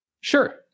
Sure